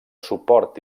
suport